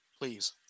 Please